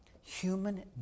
Human